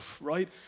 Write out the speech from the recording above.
right